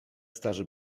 starzy